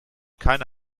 keine